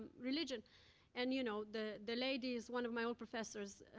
religion and you know, the the ladies one of my old professors